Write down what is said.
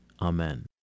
Amen